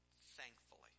thankfully